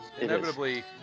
inevitably